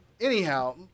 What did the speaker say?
anyhow